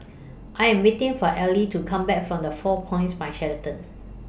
I Am waiting For Elie to Come Back from The four Points By Sheraton